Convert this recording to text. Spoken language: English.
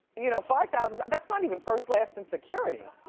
you know five thousand, that's not even first last and security.